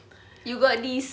you got this